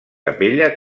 capella